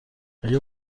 اگه